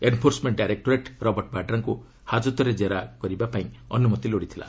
enforcement directorate Robert ବାଡ୍ରାଙ୍କୁ ହାଜତରେ ଜେରା କରିବା ପାଇଁ ଅନୁମତି ଲୋଡ଼ିଥିଲା